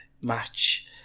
match